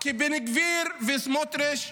כי בן גביר וסמוטריץ',